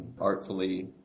artfully